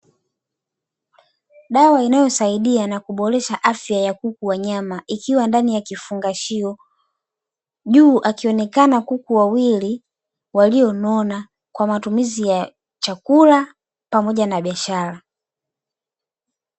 Dawa inayo saidia na kuboresha afya ya kuku wa nyama, ikiwa ndani ya kifungashio juu akionekana kuku wawili walionona kwa matumizi ya chakula pamoja na biashara.